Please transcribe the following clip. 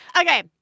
Okay